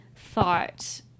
thought